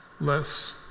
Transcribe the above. less